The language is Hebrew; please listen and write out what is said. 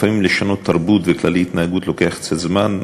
לפעמים לשנות תרבות וכללי התנהגות לוקח קצת זמן,